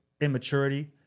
immaturity